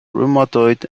rheumatoid